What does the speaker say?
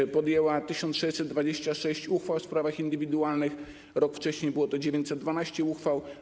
Rada podjęła 1626 uchwał w sprawach indywidualnych, a rok wcześniej było to 920 uchwał.